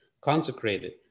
consecrated